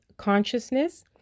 consciousness